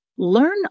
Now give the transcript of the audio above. Learn